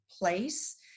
place